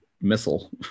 missile